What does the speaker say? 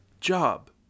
job